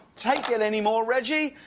take it any more, reggie!